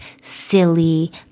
silly